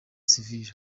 sivile